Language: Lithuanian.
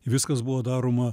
viskas buvo daroma